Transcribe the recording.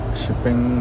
shipping